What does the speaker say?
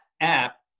app